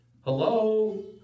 Hello